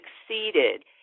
succeeded